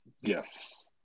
Yes